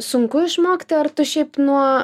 sunku išmokti ar tu šiaip nuo